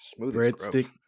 breadstick